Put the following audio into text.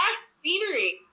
scenery